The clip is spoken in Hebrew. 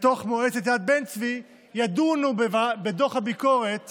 במועצת יד בן-צבי ידונו בדוח הביקורת